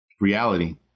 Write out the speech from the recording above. Reality